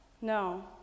no